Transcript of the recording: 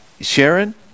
sharon